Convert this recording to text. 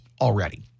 already